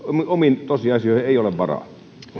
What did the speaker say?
omiin tosiasioihin ei ole varaa